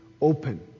open